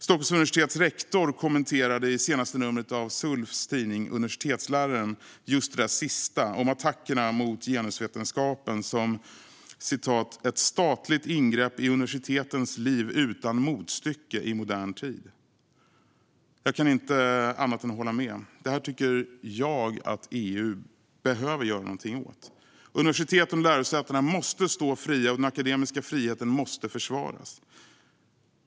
Stockholms universitets rektor kommenterade i det senaste numret av SULF:s tidning, Universitetsläraren, just det där sista, attackerna mot genusvetenskapen, och kallade det för ett statligt ingrepp i universitetens liv utan motstycke i modern tid. Jag kan inte annat än att hålla med. Det här tycker jag att EU behöver göra något åt. Universiteten och lärosätena måste stå fria, och den akademiska friheten måste försvaras.